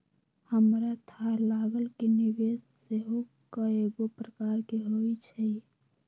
हमरा थाह लागल कि निवेश सेहो कएगो प्रकार के होइ छइ